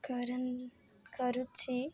କରୁଛି